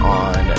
on